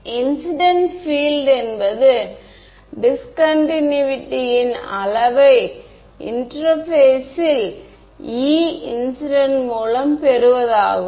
மாணவர் incident field என்பது discontinuity ன் அளவை இன்டெர்பேசில் E இன்சிடென்ட் மூலம் பெறுவதாகும்